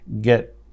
get